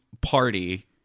party